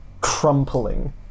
crumpling